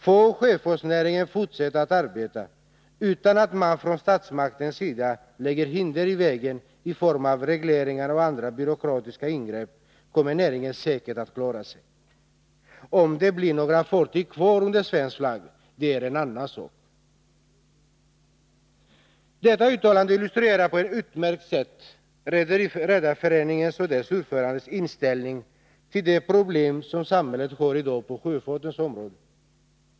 Får sjöfartsnäringen fortsätta att arbeta, utan att man från statsmakternas sida lägger hinder i vägen i form av regleringar och andra byråkratiska ingrepp, kommer näringen säkert att klara sig. Om det blir några fartyg kvar under svensk flagg är en annan sak.” Detta uttalande illustrerar på ett utmärkt sätt Redareföreningens och dess ordförandes inställning till de problem som samhället i dag har på sjöfartens område.